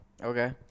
Okay